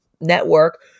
network